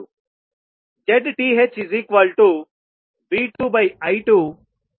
5V24I2 ZThV2I240